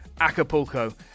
Acapulco